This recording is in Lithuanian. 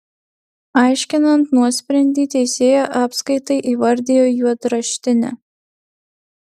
aiškinant nuosprendį teisėja apskaitą įvardijo juodraštine